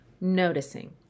Noticing